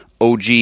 OG